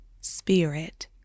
spirit